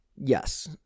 Yes